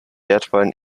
wertvollen